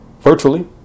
virtually